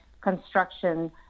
construction